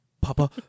Papa